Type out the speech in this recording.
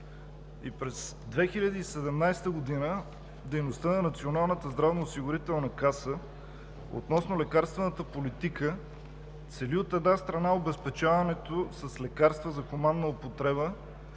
И през 2017 г. дейността на Националната здравноосигурителна каса относно лекарствената политика цели, от една страна, обезпечаването с лекарства за хуманна употреба